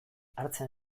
hartzen